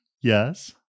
yes